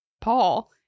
Paul